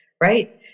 right